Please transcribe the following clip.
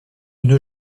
nos